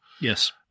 Yes